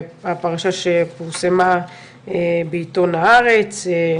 הפרשה שפורסמה בעיתון הארץ,